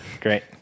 Great